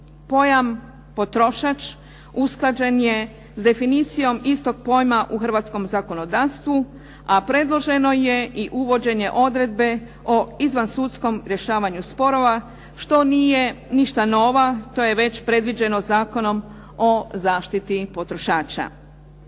Pojam "potrošač" usklađen je s definicijom istog pojma u hrvatskom zakonodavstvu, a predloženo je i uvođenje odredbe o izvansudskom rješavanju sporova što nije ništa novo. To je već predviđeno Zakonom o zaštiti potrošača.